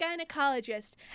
gynecologist